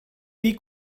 dir